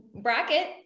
bracket